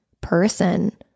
person